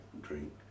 drink